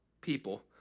people